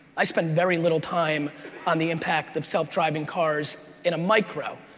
i spend very little time on the impact of self-driving cars in a micro,